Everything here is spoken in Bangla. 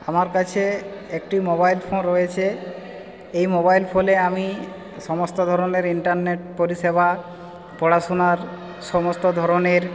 আমার কাছে একটি মোবাইল ফোন রয়েছে এই মোবাইল ফোনে আমি সমস্ত ধরণের ইন্টারনেট পরিষেবা পড়াশুনার সমস্ত ধরণের